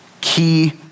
Key